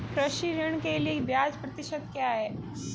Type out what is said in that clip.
कृषि ऋण के लिए ब्याज प्रतिशत क्या है?